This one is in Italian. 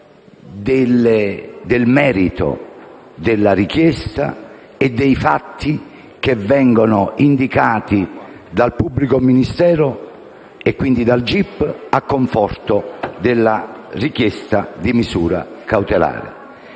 del merito della richiesta e dei fatti che vengono indicati dal pubblico ministero e quindi dal gip a conforto della richiesta di misura cautelare.